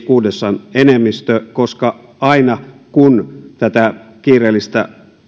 kuudesosan enemmistö koska aina kun tätä kiireellistä